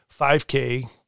5K